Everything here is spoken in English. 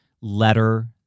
letter